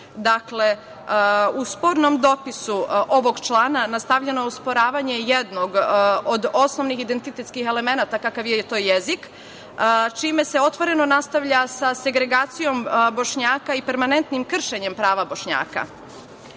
u spornom dopisu ovog člana nastavlja usporavanje jednog od osnovnih identitetskih elemenata kakav je to jezik, čime se otvoreno nastavlja sa segregacijom Bošnjaka i permanentnim kršenjem prava Bošnjaka. Dakle,